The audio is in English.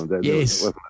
yes